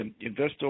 investors